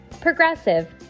Progressive